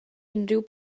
unrhyw